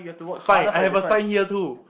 fine I have a sign here too